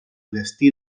destí